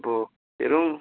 अब हेरौँ